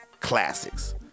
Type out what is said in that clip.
classics